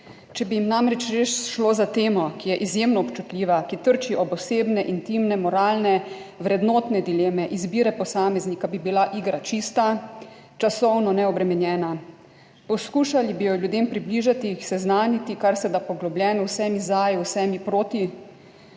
Če bi jim namreč res šlo za temo, ki je izjemno občutljiva, ki trči ob osebne, intimne, moralne, vrednotne dileme izbire posameznika bi bila igra čista, časovno neobremenjena. Poskušali bi jo ljudem približati, jih seznaniti kar se da poglobljeno, vsemi za, vsemi proti.